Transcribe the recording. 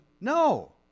no